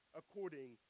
according